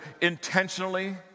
intentionally